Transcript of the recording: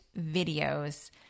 videos